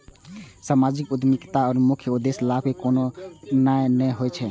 सामाजिक उद्यमिताक मुख्य उद्देश्य लाभ कमेनाय नहि होइ छै